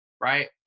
right